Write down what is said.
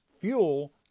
fuel